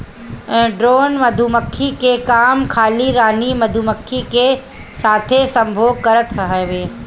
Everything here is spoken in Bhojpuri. ड्रोन मधुमक्खी के काम खाली रानी मधुमक्खी के साथे संभोग करल हवे